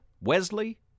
Wesley